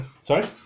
Sorry